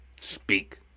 Speak